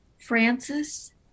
Francis